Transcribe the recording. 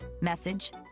message